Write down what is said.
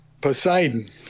Poseidon